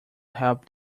help